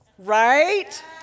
right